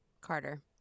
Carter